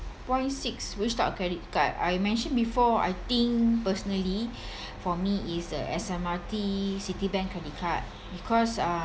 point six which type of credit card I mentioned before I think personally for me is the S_M_R_T citibank credit card because uh